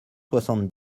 soixante